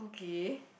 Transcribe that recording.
okay